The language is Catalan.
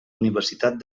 universitat